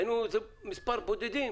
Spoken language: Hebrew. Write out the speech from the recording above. היינו בודדים